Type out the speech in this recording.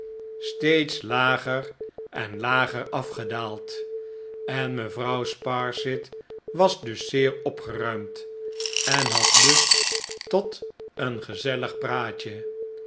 lager en lager afgedaald en mevrouw sparsit was dus zeer opgeruimd en had lusfc tot een gezellig praatje